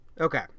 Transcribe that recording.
Okay